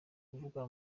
kuvuga